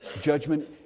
Judgment